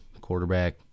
quarterback